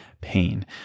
pain